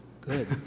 Good